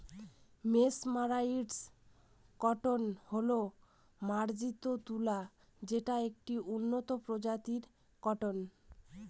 mesmerised cotton হল মার্জারিত তুলা যেটা একটি উন্নত প্রজাতির কটন